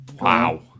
Wow